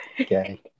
Okay